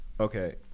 Okay